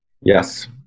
Yes